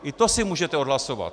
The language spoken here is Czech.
I to si můžete odhlasovat.